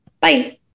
Bye